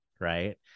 right